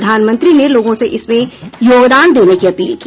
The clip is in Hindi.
प्रधानमंत्री ने लोगों से इसमें योगदान देने की अपील की